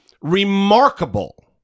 remarkable